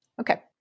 Okay